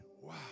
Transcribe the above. Wow